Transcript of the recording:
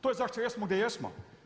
To je zašto jesmo gdje jesmo.